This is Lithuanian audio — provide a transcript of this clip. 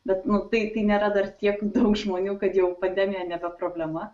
bet nu tai tai nėra dar tiek daug žmonių kad jau pandemija nebe problema